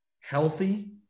healthy